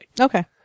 Okay